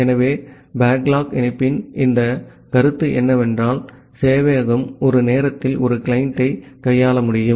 ஆகவே பேக்லாக் இணைப்பின் இந்த கருத்து என்னவென்றால் சேவையகம் ஒரு நேரத்தில் ஒரு கிளையண்டை கையாள முடியும்